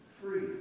free